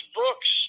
books